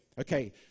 Okay